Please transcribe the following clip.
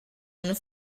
and